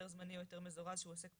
היתר זמני או היתר מזורז שהוא עוסק פטור,